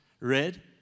Red